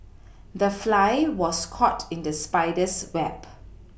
the fly was caught in the spider's web